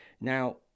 Now